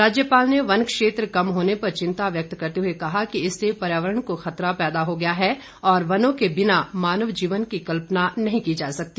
राज्यपाल ने वन क्षेत्र कम होने पर चिंता व्यक्त करते हुए कहा कि इससे पर्यावरण को खतरा पैदा हो गया है और वनों के बिना मानव जीवन की कल्पना नहीं की जा सकती